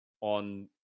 on